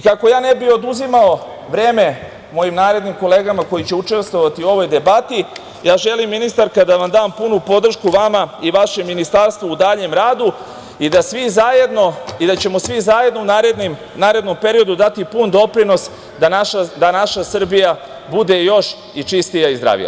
Kako ja ne bih oduzimao vreme mojim narednim kolegama koji će učestvovati u ovoj debati, želim ministarka da vam dam punu podršku vama i vašem ministarstvu u daljem radu i da ćemo svi zajedno u narednom periodu dati pun doprinos da naša Srbija bude još i čistija i zdravija.